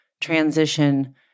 transition